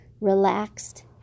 relaxed